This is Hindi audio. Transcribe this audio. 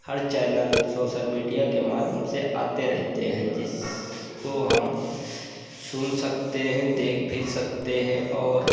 हर चैनल सोशल मीडिया के माध्यम से आते रहते हैं जिसको हम सुन सकते हैं देख भी सकते हैं और